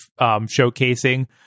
showcasing